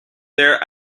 their